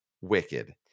Wicked